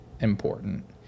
important